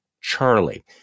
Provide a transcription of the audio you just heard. Charlie